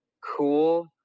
cool